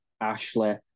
Ashley